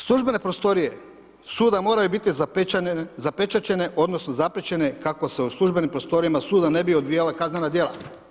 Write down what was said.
Službene prostorije suda moraju biti zapečaćene odnosno zapriječene kako se u službenim prostorijama suda ne bi odvijala kaznena djela.